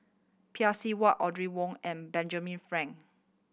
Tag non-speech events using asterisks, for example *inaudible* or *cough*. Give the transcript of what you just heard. *unintelligible* Seng Whatt Audrey Wong and Benjamin Frank